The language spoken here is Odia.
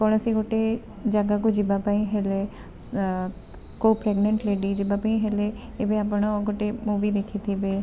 କୌଣସି ଗୋଟେ ଜାଗାକୁ ଯିବା ପାଇଁ ହେଲେ କେଉଁ ପ୍ରେଗନେଣ୍ଟ ଲେଡ଼ି ଯିବା ପାଇଁ ହେଲେ ଏବେ ଆପଣ ଗୋଟେ ମୁଭି ଦେଖିଥିବେ